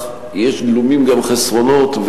בכך גלומים גם חסרונות,